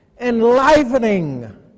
enlivening